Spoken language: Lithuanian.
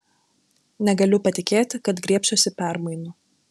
negaliu patikėti kad griebsiuosi permainų